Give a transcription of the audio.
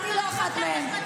אני לא אחת מהם.